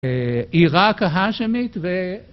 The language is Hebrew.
עירה כהה שמית ו...